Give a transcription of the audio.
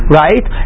right